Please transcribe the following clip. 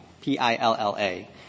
P-I-L-L-A